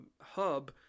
hub